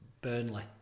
Burnley